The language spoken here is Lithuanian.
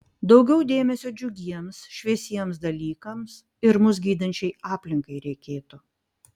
daugiau dėmesio džiugiems šviesiems dalykams ir mus gydančiai aplinkai reikėtų